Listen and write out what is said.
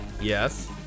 Yes